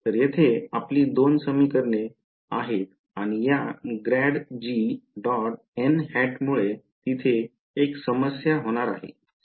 तर येथे आपली दोन समीकरणे येथे आहेत आणि या ग्रेड जी डॉट एन हॅटमुळे तिथे एक समस्या होणार आहे